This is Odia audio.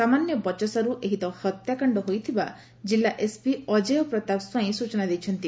ସାମାନ୍ୟ ବଚସାରୁ ଏହି ହତ୍ୟାକାଶ୍ଡ ହୋଇଥିବା କିଲ୍ଲ ଏସପି ଅଜେୟ ପ୍ରତାପ ସ୍ୱାଇଁ ସୂଚନା ଦେଇଛନ୍ତି